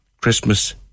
Christmas